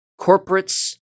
corporates